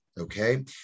okay